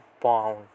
bound